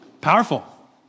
Powerful